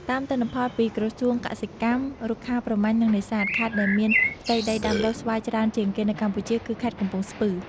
តាមទិន្នន័យពីក្រសួងកសិកម្ម រុក្ខាប្រមាញ់ និងនេសាទ ខេត្តដែលមានផ្ទៃដីដាំដុះស្វាយច្រើនជាងគេនៅកម្ពុជា គឺខេត្តកំពង់ស្ពឺ។